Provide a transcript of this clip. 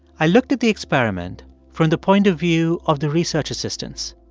i looked at the experiment from the point of view of the research assistants.